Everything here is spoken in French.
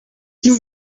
nous